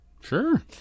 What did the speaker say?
Sure